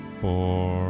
four